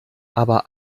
aber